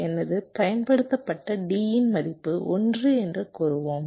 எனது பயன்படுத்தப்பட்ட D இன் மதிப்பு 1 என்று கூறுவோம்